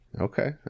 Okay